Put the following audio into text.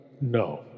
no